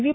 V